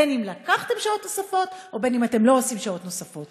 בין אם לקחתם שעות נוספות